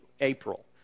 April